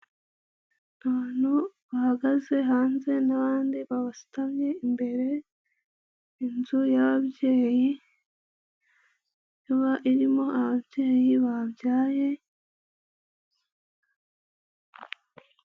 Abantu bahagaze hanze n'abandi babasutamye imbere, inzu y'ababyeyi iba irimo ababyeyi babyaye.